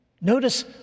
Notice